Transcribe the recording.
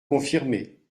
confirmer